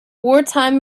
wartime